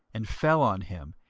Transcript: and fell on him,